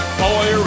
boy